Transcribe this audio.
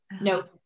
no